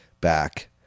back